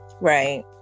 right